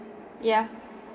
yeah